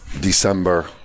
December